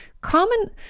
Common